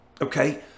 Okay